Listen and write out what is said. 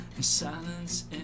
Silence